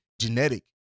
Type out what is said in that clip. genetic